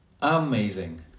Amazing